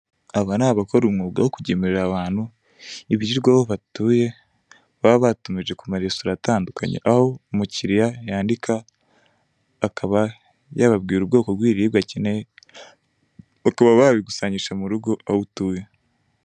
Aba ni abakora umwuga wo kugemurira abantu ibiryo batuye, baba batumije ku maresitora atandukanye, aho umukiriya yandika, akaba yababwira ubwoko bw'ibiribwa akeneye, bakaba babigusangisha mu rugo aho utuye.